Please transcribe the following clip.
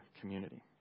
community